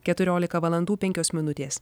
keturiolika valandų penkios minutės